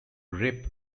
rip